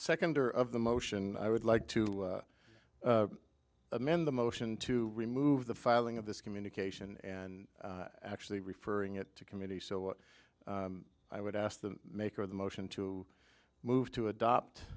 second hour of the motion i would like to amend the motion to remove the filing of this communication and actually referring it to committee so i would ask the maker of the motion to move to adopt